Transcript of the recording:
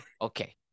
Okay